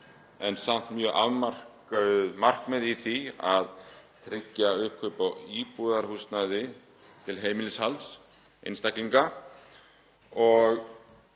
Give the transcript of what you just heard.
en samt mjög afmörkuð markmið í því að tryggja uppkaup á íbúðarhúsnæði til heimilishalds einstaklinga.